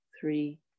Three